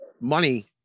money